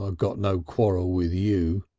ah got no quarrel with you,